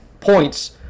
points